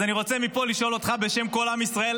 אז אני רוצה לשאול אותך מפה בשם כל עם ישראל: